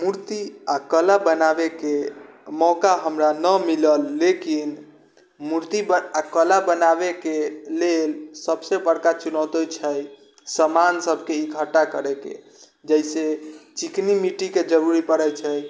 मूर्ति आ कला बनाबैके मौका हमरा न मिलल लेकिन मूर्ति आ कला बनाबैके लेल सभसँ बड़का चुनौती छै समान सभके इकठ्ठा करैके जाहिसे चिकनी मिट्टीके जरुरी पड़ै छै